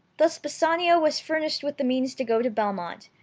thus bassanio was furnished with the means to go to belmont,